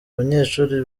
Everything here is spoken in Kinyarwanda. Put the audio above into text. banyeshuri